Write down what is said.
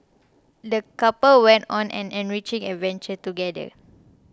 the couple went on an enriching adventure together